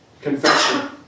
Confession